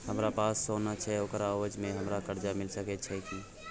हमरा पास सोना छै ओकरा एवज में हमरा कर्जा मिल सके छै की?